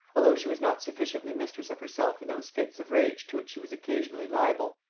although she was not sufficiently mistress of herself in those fits of rage to which she was occasionally liable,